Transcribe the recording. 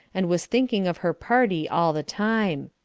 and was thinking of her party all the time.